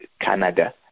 Canada